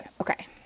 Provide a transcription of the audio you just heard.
okay